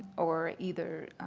or either